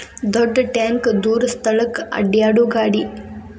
ದೊಡ್ಡ ಟ್ಯಾಂಕ ದೂರ ಸ್ಥಳಕ್ಕ ಅಡ್ಯಾಡು ಗಾಡಿ